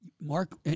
Mark